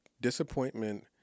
disappointment